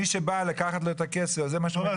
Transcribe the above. מי שבא לקחת לו את הכסף, זה מה שהוא מכיר.